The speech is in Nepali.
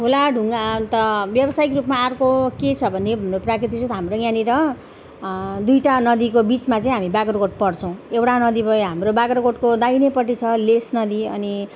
खोला ढुङ्गा अन्त व्यावसायिक रूपमा अर्को के छ भने हाम्रो प्राकृतिक स्रोत हाम्रो यहाँनिर दुईवटा नदीको बिचमा चाहिँ हामी बाग्राकोट पर्छौँ एउटा नदी भयो हाम्रो बाग्राकोटको दाहिनेपट्टि छ लिस नदी अनि